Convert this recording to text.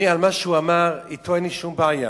עם מה שהוא אמר, אתו אין לי שום בעיה,